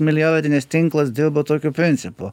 milijardinis tinklas dirba tokiu principu